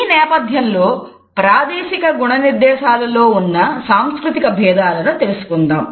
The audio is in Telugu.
ఈ నేపథ్యంలో ప్రాదేశిక గుణనిర్దేశాలలో ఉన్న సాంస్కృతిక భేదాలను తెలుసుకుందాం